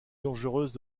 dangereuses